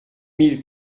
mille